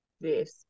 yes